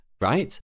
right